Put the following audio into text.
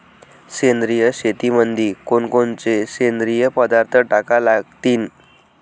सेंद्रिय शेतीमंदी कोनकोनचे सेंद्रिय पदार्थ टाका लागतीन?